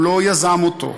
הוא לא יזם אותו,